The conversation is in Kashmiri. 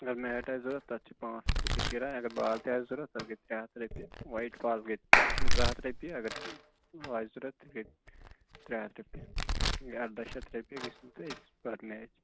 اگر میٹ آسہِ ضروٗرت تَتھ چھِ پانژھ ہَتھ رۄپیہِ کِرایہِ اگر بال تہِ آسہِ ضروٗرت تَتھ گٔے ترٛےٚ ہَتھ رۄپیہِ وایٹ بال گٔے زٕ ہَتھ رۄپیہِ اگر ہُہ آسہِ ضروٗرت تیٚلہِ گٔے ترٛےٚ ہَتھ رۄپیہِ گٔے اَرداہ شیٚتھ رۄپیہِ گژھنو تۄہہِ أکِس پٔر میچ